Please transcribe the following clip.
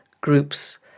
groups